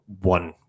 one